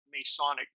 Masonic